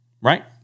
Right